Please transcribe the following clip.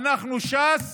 אנחנו, ש"ס,